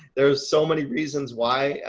there's so many reasons why,